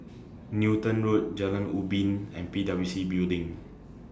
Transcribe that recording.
Newton Road Jalan Ubin and P W C Building